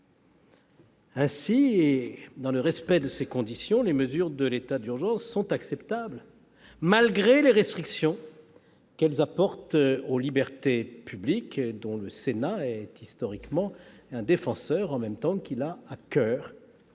Dans le respect de ces conditions, les mesures de l'état d'urgence sont acceptables, malgré les restrictions qu'elles apportent aux libertés publiques, dont le Sénat est historiquement un défenseur, tout en ayant à coeur